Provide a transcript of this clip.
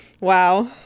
Wow